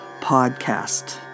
Podcast